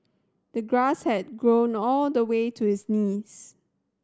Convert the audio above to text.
the grass had grown all the way to his knees